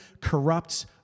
corrupts